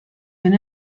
been